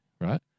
right